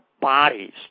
bodies